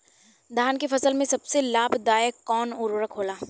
धान के फसल में सबसे लाभ दायक कवन उर्वरक होला?